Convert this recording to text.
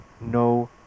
no